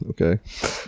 Okay